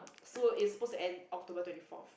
so it's supposed to end October twenty fourth